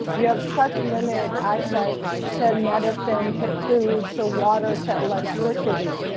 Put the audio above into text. you have such limited access to medicine, to food, to water, to electricity.